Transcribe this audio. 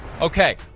Okay